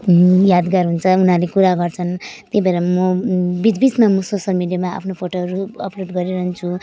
यादगार हुन्छ उनीहरूले कुरा गर्छन् त्यही भएर म बिचबिचमा म सोसल मिडियामा आफ्नो फोटोहरू अप्लोड गरिरहन्छु